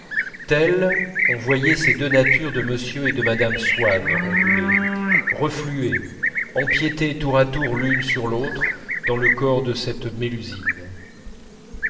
telles on voyait ces deux natures de m et de mme swann onduler refluer empiéter tour à tour l'une sur l'autre dans le corps de cette mélusine